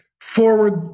forward